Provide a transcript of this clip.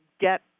get